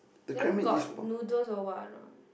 then got noodles or what a not